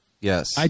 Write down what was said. Yes